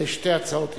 על שתי הצעות האי-אמון.